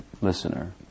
listener